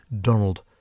Donald